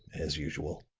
as usual.